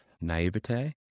naivete